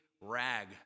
rag